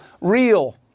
real